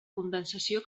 condensació